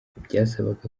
byasabaga